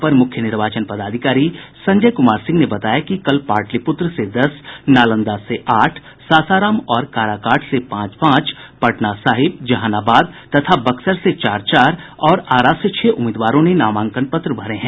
अपर मुख्य निर्वाचन पदाधिकारी संजय कुमार सिंह ने बताया कि कल पाटलिपुत्र से दस नालंदा से आठ सासाराम और काराकाट से पांच पांच पटना साहिब जहानाबाद तथा बक्सर से चार चार और आरा से छह उम्मीदवारों ने नामांकन पत्र भरे हैं